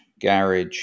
garage